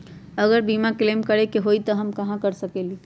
अगर बीमा क्लेम करे के होई त हम कहा कर सकेली?